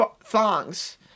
thongs